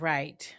Right